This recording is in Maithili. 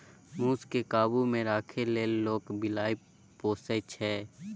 मुस केँ काबु मे राखै लेल लोक बिलाइ पोसय छै